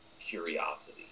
curiosity